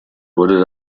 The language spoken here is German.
wurde